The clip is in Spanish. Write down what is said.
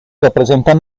representan